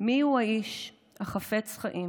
"מי האיש החפץ חיים,